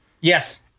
Yes